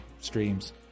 streams